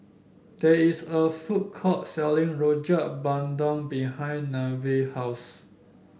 there is a food court selling Rojak Bandung behind Nevaeh house